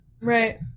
Right